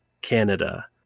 Canada